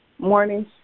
Morning